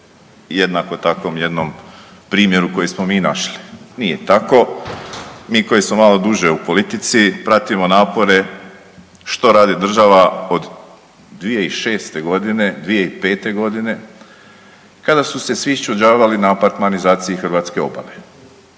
jednako takvom jednom primjeru koji smo mi našli. Nije tako. Mi koji smo malo duže u politici pratimo napore što radi država od 2006., 2005. godine kada su se svi išćuđavali na apartmanizaciji hrvatske obale.